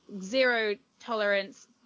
zero-tolerance